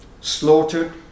slaughtered